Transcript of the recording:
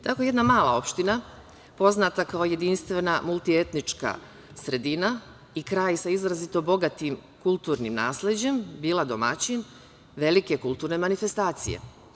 Tako je jedna mala opština, poznata kao jedinstvena multietnička sredina i kraj sa izrazito bogatim kulturnim nasleđem, bila domaćin velike kulturne manifestacije.